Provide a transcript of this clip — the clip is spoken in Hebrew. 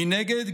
מנגד,